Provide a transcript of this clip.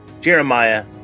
Jeremiah